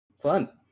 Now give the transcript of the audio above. Fun